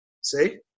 See